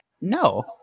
no